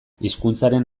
hizkuntzaren